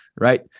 right